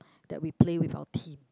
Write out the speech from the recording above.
that we play with our team